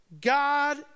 God